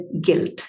guilt